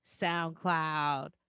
SoundCloud